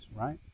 right